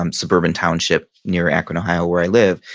um suburban township near akron, ohio where i live.